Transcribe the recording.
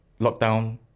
lockdown